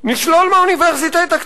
נשלול מהאוניברסיטה את תקציבה.